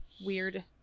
weird